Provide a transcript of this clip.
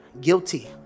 guilty